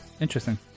Interesting